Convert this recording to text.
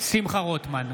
שמחה רוטמן,